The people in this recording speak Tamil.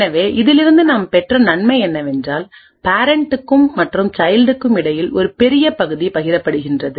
எனவே இதிலிருந்து நாம் பெற்ற நன்மை என்னவென்றால் பேரண்ட்டுக்கும் மற்றும் சைல்ட்டுக்கும் இடையில் ஒரு பெரிய பகுதி பகிரப்படுகிறது